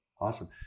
Awesome